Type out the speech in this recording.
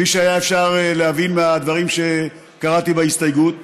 כפי שהיה אפשר להבין מהדברים שקראתי בהסתייגות,